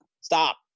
Stop